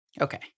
Okay